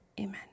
amen